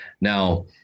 Now